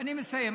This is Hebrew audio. אני מסיים.